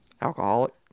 Alcoholic